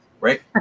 right